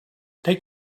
take